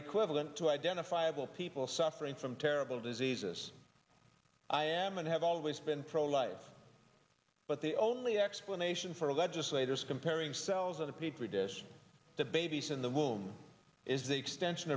equivalent to identifiable people suffering from terrible diseases i am and have always been pro life but the only explanation for legislators comparing cells of the petri dish to babies in the womb is the extension